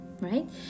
right